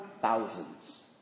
thousands